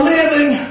Living